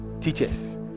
teachers